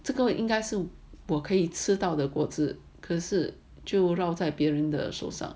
这个应该是我可以吃到的果子可是就落在别人手上